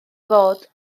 fod